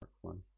one